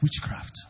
witchcraft